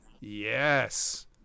Yes